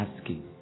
asking